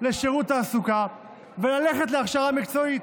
לשירות התעסוקה וללכת להכשרה מקצועית,